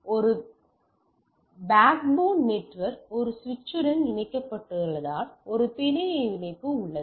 எனவே ஒரு backbone network ஒரு சுவிட்சுடன் இணைக்கப்பட்டுள்ளதால் ஒரு பிணைய இணைப்பு உள்ளது